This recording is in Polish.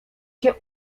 cię